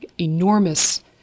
enormous